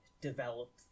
develop